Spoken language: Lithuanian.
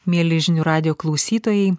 mieli žinių radijo klausytojai